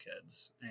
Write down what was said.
kids